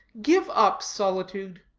give up solitude.